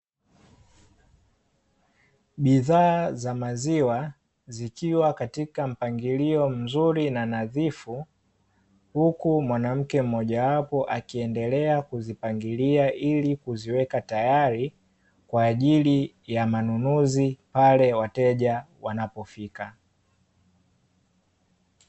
Bidhaa za maziwa zikiwa katika mpangilio mzuri na nadhifu, huku mwanamke mmoja wapo akiendelea kuzipangilia ili kuziweka tayari kwa ajili ya manunuzi, pale wateja wanapofika.